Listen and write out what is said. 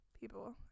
People